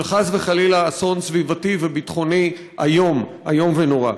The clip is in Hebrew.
חס וחלילה, של אסון סביבתי וביטחוני איום ונורא.